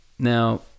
Now